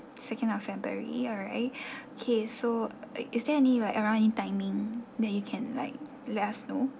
second of february alright okay so is there any like around any timing that you can like let us know